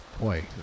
Boy